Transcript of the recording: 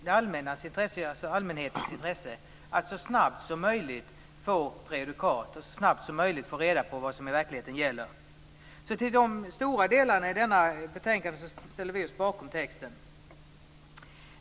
Det ligger även i allmänhetens intresse att så snabbt som möjligt få prejudikat, och så snabbt som möjligt få reda på vad som i verkligheten gäller. Till stora delar ställer vi oss alltså bakom texten i betänkandet.